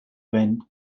when